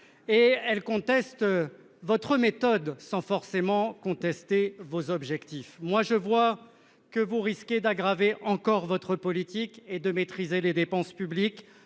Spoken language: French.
et elle conteste votre méthode sans forcément contester vos objectifs. Moi je vois que vous risquez d'aggraver encore votre politique et de maîtriser les dépenses publiques